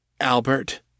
Albert